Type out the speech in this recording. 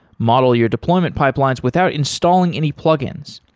model your deployment pipelines without installing any plugins.